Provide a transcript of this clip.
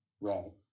Wrong